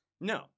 No